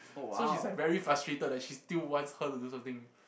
so she's like very frustrated that she still wants her to do something